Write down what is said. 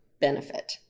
benefit